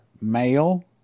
male